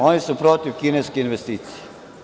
Oni su protiv kineskih investicija.